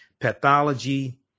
pathology